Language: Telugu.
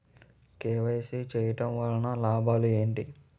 కే.వై.సీ చేయటం వలన లాభాలు ఏమిటి?